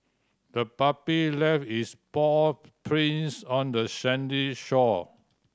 the puppy left its paw prints on the sandy shore